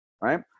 right